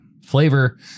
flavor